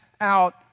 out